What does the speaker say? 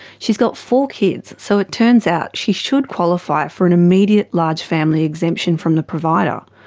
she's got four kids so it turns out, she should qualify for an immediate large family exemption from the provider.